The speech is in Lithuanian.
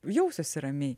jausiuosi ramiai